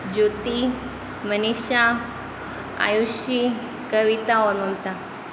ज्योति मनीषा आयुषी कविता और ममता